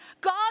God